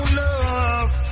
love